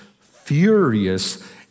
furious